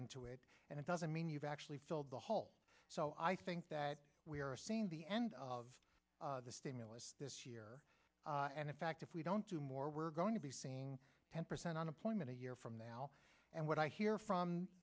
into it and it doesn't mean you've actually filled the hole so i think that we are seeing the end of the stimulus this year and in fact if we don't do more we're going to be seeing ten percent unemployment a year from now and what i hear from